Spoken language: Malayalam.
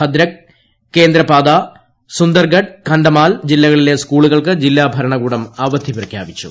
ഭദ്രക്ക് കേന്ദ്രപ്പാദ സുന്ദർഗഡ് കണ്ഡമാൽ ജില്ലകളിലെ സ്കൂളുകൾക്ക് ജില്ലാ ഭരണകൂടം അവധി പ്രഖ്യാപിച്ചു